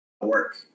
work